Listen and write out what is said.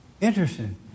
Interesting